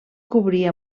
cobrir